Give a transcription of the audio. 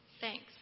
Thanks